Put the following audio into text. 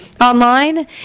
online